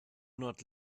not